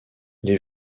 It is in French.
les